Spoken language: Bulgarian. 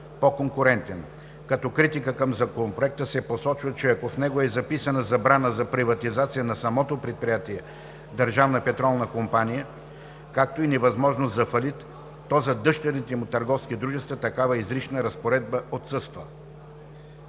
по-конкурентен. Като критика към Законопроекта се посочва, че ако в него е записана забрана за приватизация на самото предприятие „Държавна петролна компания“, както и невъзможност за фалит, то за дъщерните му търговски дружества такава изрична разпоредба отсъства.